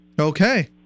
Okay